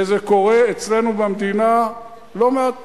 וזה קורה אצלנו במדינה לא מעט פעמים.